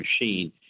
machine